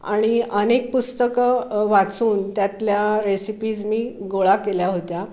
आणि अनेक पुस्तकं वाचून त्यातल्या रेसिपीज मी गोळा केल्या होत्या